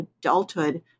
adulthood